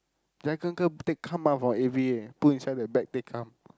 jack uncle take come out from A_V_A put inside the bag they come